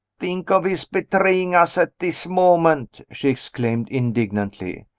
think of his betraying us at this moment! she exclaimed indignantly.